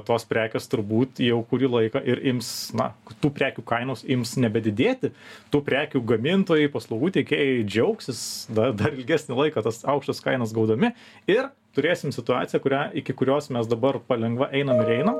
tos prekės turbūt jau kurį laiką ir ims na tų prekių kainos ims nebedidėti tų prekių gamintojai paslaugų tiekėjai džiaugsis na dar ilgesnį laiką tas aukštas kainas gaudami ir turėsim situaciją kurią iki kurios mes dabar palengva einam ir einam